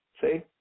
See